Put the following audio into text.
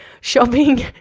Shopping